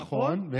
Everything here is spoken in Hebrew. נכון?